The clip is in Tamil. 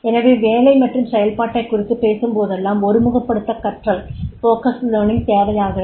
எனவே வேலை மற்றும் செயல்பாட்டைக் குறித்து பேசும்போதெல்லாம் ஒருமுகப்படுத்தப்பட்ட கற்றல் தேவையாகிறது